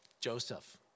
Joseph